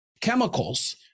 chemicals